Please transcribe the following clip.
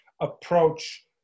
approach